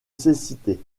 cécité